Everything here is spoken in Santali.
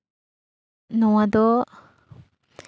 ᱱᱚᱣᱟ ᱫᱚ